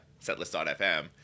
Setlist.fm